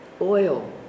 oil